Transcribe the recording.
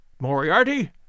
Moriarty